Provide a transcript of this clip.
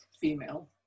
female